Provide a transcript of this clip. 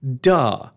Duh